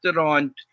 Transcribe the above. on